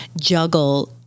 juggle